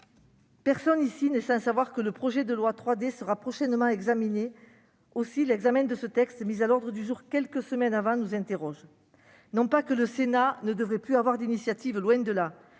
Personne ici n'est sans savoir que le projet de loi 3D sera prochainement examiné. C'est pourquoi l'examen de ce texte, inscrit à l'ordre du jour il y a quelques semaines seulement, nous interroge. Non pas que le Sénat ne devrait plus prendre d'initiatives- loin de là